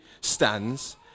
stands